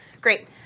Great